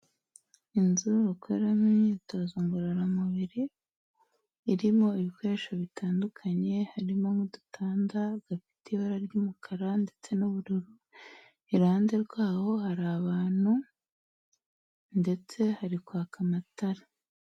Inzu bakoramo imyitozo ngororamubiri, irimo ibikoresho bitandukanye, harimo nk'udutanda, gafite ibara ry'umukara ndetse n'ubururu, iruhande rwaho hari abantu, ndetse hari kwaka amatara.